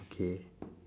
okay